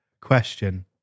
question